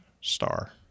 star